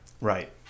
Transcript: Right